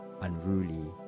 unruly